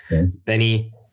benny